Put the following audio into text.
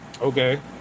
okay